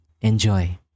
Enjoy